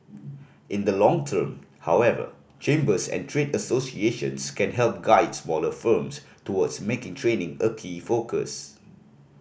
in the long term however chambers and trade associations can help guide smaller firms towards making training a key focus